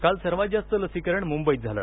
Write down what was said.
काल सर्वांत जास्ता लसीकरण मुंबईत झालं